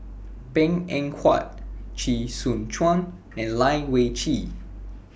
Png Eng Huat Chee Soon Juan and Lai Weijie